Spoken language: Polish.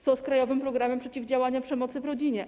Co z „Krajowym programem przeciwdziałania przemocy w rodzinie”